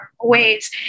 ways